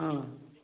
ହଁ